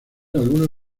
algunas